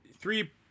Three